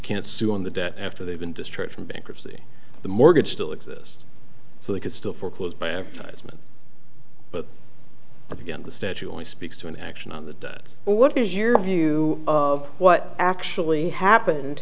can't sue on the debt after they've been discharged from bankruptcy the mortgage still exist so they could still foreclose by advertisement but again the statue only speaks to an action on the debt or what is your view of what actually happened